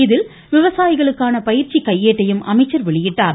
இதில் விவசாயிகளுக்கான பயிற்சி கையேட்டையும் அமைச்சர் வெளியிட்டார்